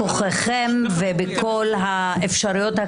יוליה, את עדיין בהשהיה.